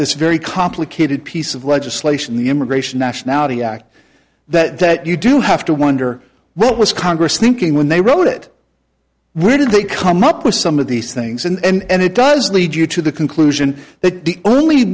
this very complicated piece of legislation the immigration nationality act that that you do have to wonder what was congress thinking when they wrote it where did they come up with some of these things and it does lead you to the conclusion that the only